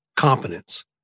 competence